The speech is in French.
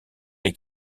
les